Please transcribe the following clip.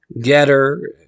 Getter